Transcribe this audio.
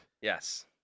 Yes